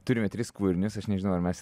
turime tris kūrinius aš nežinau ar mes